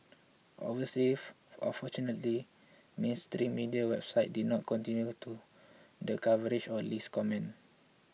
obviously or fortunately mainstream media websites did not continue the coverage on Lee's comments